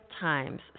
times